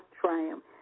Triumph